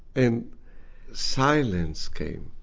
and silence came.